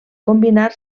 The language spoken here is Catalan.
combinar